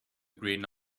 green